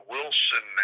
Wilson